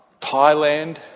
Thailand